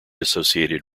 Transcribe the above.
associated